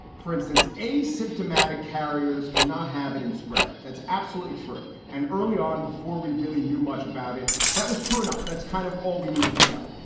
for instance, asymptomatic carriers cannot have it and spread it. that's absolutely true. and early on, before we really knew much about it, that was true enough. that's kind of all we needed to know.